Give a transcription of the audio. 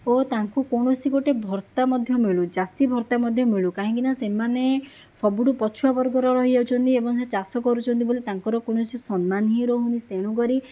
ଓ ତାଙ୍କୁ କୌଣସି ଗୋଟିଏ ଭତ୍ତା ମଧ୍ୟ ମିଳୁ ଚାଷୀ ଭତ୍ତା ମଧ୍ୟ ମିଳୁ କାହିଁକିନା ସେମାନେ ସବୁଠୁ ପଛୁଆ ବର୍ଗର ରହିଯାଉଛନ୍ତି ଏବଂ ସେ ଚାଷ କରୁଛନ୍ତି ବୋଲି ତାଙ୍କର କୋଣସି ସମ୍ମାନ ହିଁ ରହୁନାହିଁ ତେଣୁକରି